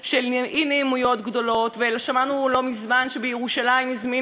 שמענו לא מזמן שבירושלים הזמינו משטרה לאישה,